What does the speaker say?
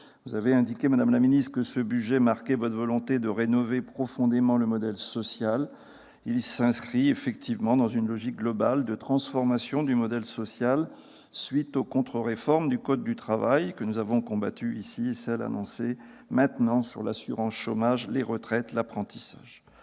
Vous avez indiqué, madame la ministre, que ce budget marquait votre volonté de rénover profondément le modèle social. Il s'inscrit effectivement dans une logique globale de transformation du modèle social, dans le droit fil des contre-réformes du code du travail que nous avons combattues et de celles annoncées sur l'assurance chômage, sur les retraites et sur l'apprentissage.